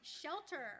Shelter